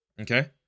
Okay